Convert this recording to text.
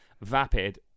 vapid